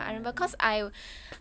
I cannot remember